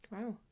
Wow